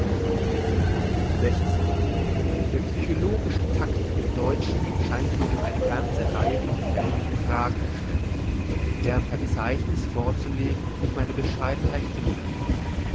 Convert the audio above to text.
der psychologische takt der deutschen scheint mir durch eine ganze reihe von fällen in frage gestellt deren verzeichniss vorzulegen mich meine bescheidenheit hindert